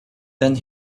than